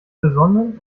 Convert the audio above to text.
besonnen